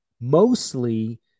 Mostly